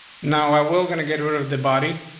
now i will gonna get rid of the body.